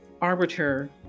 arbiter